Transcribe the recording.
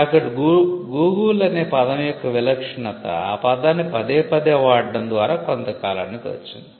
కాబట్టి గూగుల్ అనే పదం యొక్క విలక్షణత ఆ పదాన్ని పదేపదే వాడటం ద్వారా కొంత కాలానికి వచ్చింది